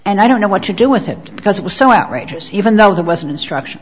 and i don't know what to do with it because it was so outrageous even though there was an instruction